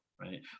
right